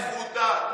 זכותה.